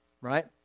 Right